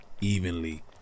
evenly